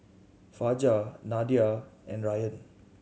Fajar Nadia and Ryan